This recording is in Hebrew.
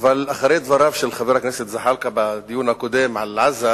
אבל אחרי דבריו של חבר הכנסת זחאלקה בדיון הקודם על עזה,